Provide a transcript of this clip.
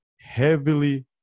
heavily